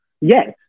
Yes